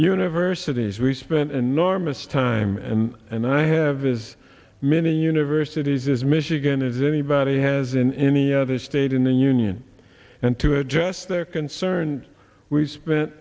universities we spent enormous time and and i have as many universities is michigan if anybody has in any other state in the union and to address their concerns we spent